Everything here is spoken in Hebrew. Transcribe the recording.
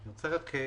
כן.